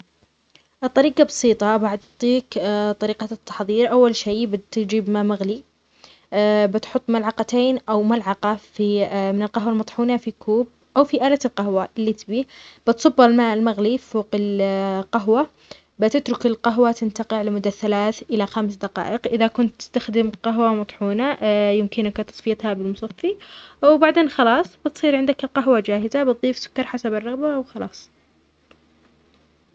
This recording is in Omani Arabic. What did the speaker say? الطريقة بسيطة بعطيك طريقة التحضير أول شيء بتجيب ماء مغلي تضع ملعقتين أو ملعقة في من القهوة المطحونة في كوب أو في آلة القهوة اللي تبيه بيتصب الماء المغلي فوق القهوة بتترك القهوة تنتقع لمدة ثلاث إلى خمس دقائق إذا كنت تستخدم القهوة المطحونة يمكنك تصفيتها بالمصفي وبعدين خلاص بيصيرعندك القهوة جاهزة تضيف سكر حسب الرغبة وخلاص